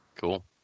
Cool